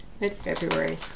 mid-February